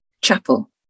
Chapel